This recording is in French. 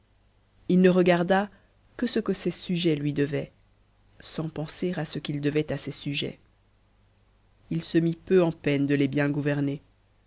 i ne regarda que ce que ses sujets lui devaient sans penser à ce qu'il devait à ses sujets h se mit peu en peine de les bien gouverner